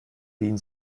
wien